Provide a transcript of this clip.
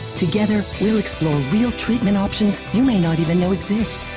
together, we'll explore real treatment options you may not even know exist.